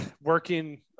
working